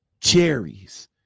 Cherries